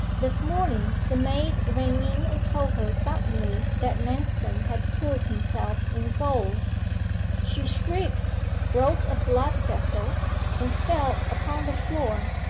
this morning the maid ran in and told her suddenly that manston had killed himself in gaol she shrieked broke a blood-vessel and fell upon the floor.